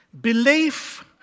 Belief